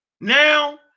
now